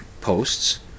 posts